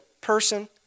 person